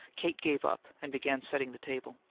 kate gave up and began setting the table.